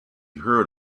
heard